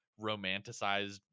romanticized